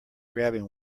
grabbing